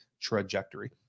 trajectory